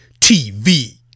TV